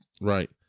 Right